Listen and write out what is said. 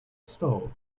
stall